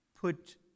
put